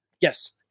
Yes